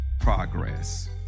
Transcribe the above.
progress